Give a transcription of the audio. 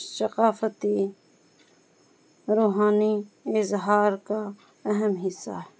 ثقافتی روحانی اظہار کا اہم حصہ ہے